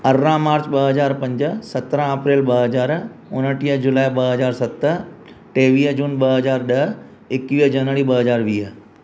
अरड़हां मार्च ॿ हज़ार पंज सतरहां अप्रेल ॿ हज़ार उणटीह जुलाई ॿ हज़ार सत टेवीह जून ॿ हज़ार ॾह ऐक्वीह जनवरी ॿ हज़ार वीह